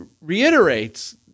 reiterates